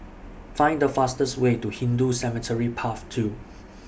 Find The fastest Way to Hindu Cemetery Path two